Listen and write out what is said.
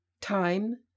Time